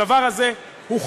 הדבר הזה הוכרע.